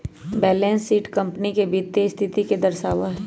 balance sheet company के वित्तीय स्थिति के दर्शावा हई